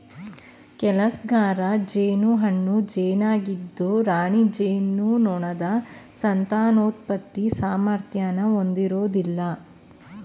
ಕೆಲ್ಸಗಾರ ಜೇನು ಹೆಣ್ಣು ಜೇನಾಗಿದ್ದು ರಾಣಿ ಜೇನುನೊಣದ ಸಂತಾನೋತ್ಪತ್ತಿ ಸಾಮರ್ಥ್ಯನ ಹೊಂದಿರೋದಿಲ್ಲ